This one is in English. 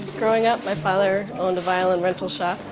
growing up, my father owned a violin rental shop.